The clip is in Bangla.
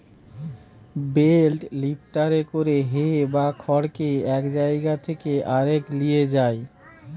বেল লিফ্টারে করে হে বা খড়কে এক জায়গা থেকে আরেক লিয়ে যায়